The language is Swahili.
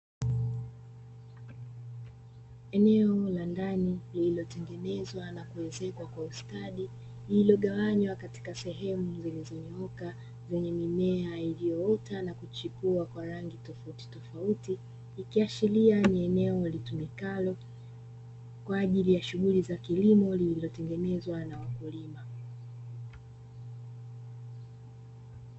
Eneo la ndani lililotengenezwa na kuezekwa ustadi, lililogawanywa katika sehemu zilizonyooka zenye mimea iliyoota na kuchipua kwa rangi tofautitofauti, ikiashiria ni eneo litumikalo kwa ajili ya shughuli za kilimo, lililotengenezwa na wakulima.